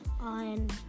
on